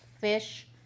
fish